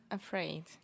afraid